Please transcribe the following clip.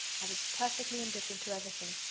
i was perfectly indifferent to everything,